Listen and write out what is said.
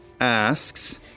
asks